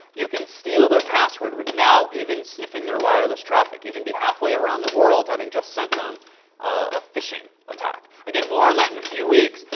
you can steal their password with now even sniffing their wireless traffic. you can be halfway around the world having just sent them a fishing attack. again, more on that in a few weeks.